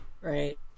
Right